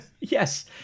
Yes